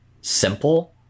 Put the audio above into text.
simple